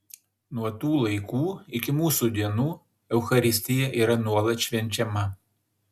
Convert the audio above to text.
nuo tų laikų iki mūsų dienų eucharistija yra nuolat švenčiama